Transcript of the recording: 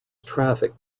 traffic